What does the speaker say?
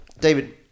David